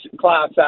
class